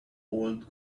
old